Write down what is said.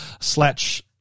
slash